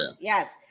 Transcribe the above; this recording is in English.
yes